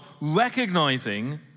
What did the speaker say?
recognizing